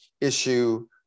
issue